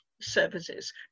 services